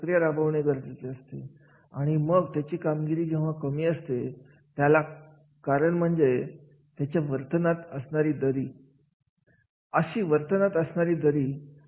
त्याबरोबर आपण प्रथम कार्याची वर्गीकरण करून घ्यावे जसे की हे कार्य उच्च पातळीचे आहे किंवा कौशल्य असणाऱ्याआहे का निम कौशल्याच्या आहे याला कौशल्य लागणार नाहीत का